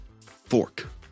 Fork